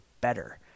better